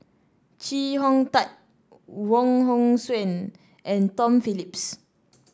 Chee Hong Tat Wong Hong Suen and Tom Phillips